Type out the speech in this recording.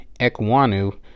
Ekwanu